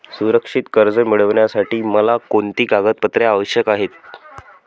सुरक्षित कर्ज मिळविण्यासाठी मला कोणती कागदपत्रे आवश्यक आहेत